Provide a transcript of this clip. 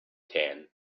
tan